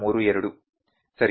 32 ಸರಿ